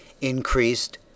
increased